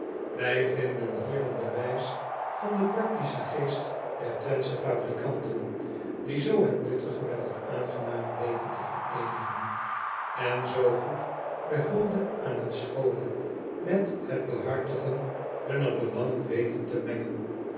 ij vinden hier een bewijs van den practischen geest der wentsche fabrikanten die zoo het nuttige met het aangename weten te vereenigen en zoo goed de hulde aan het schoone met het behartigen hunner belangen weten te mengen